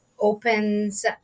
opens